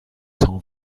cent